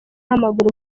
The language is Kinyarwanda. w’amaguru